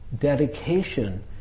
dedication